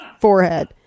forehead